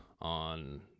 on